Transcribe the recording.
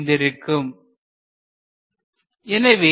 These are all definitions